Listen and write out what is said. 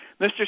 Mr